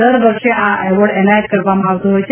દર વર્ષે આ એવોર્ડ એનાયત કરવામાં આવતો હોય છે